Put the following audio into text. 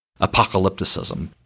apocalypticism